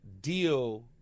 deal